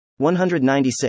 196